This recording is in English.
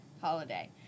holiday